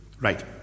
Right